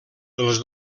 els